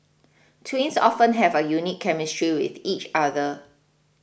twins often have a unique chemistry with each other